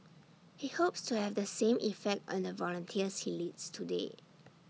he hopes to have the same effect on the volunteers he leads today